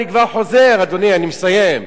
אני כבר חוזר, אדוני, אני מסיים.